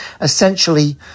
essentially